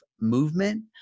Movement